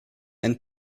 and